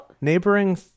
neighboring